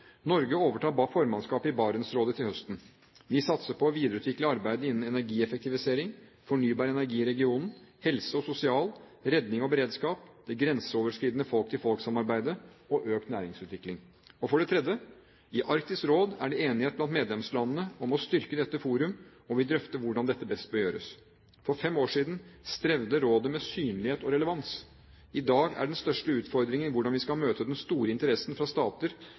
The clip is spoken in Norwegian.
Norge overtar formannskapet i Barentsrådet til høsten. Vi satser på å videreutvikle arbeidet innen energieffektivisering, fornybar energi i regionen, helse og sosial, redning og beredskap, det grenseoverskridende folk-til-folk-samarbeidet og økt næringsutvikling. For det tredje: I Arktisk Råd er det enighet blant medlemslandene om å styrke dette forum, og vi drøfter hvordan dette best bør gjøres. For fem år siden strevde rådet med synlighet og relevans. I dag er den største utfordringen hvordan vi skal møte den store interessen fra stater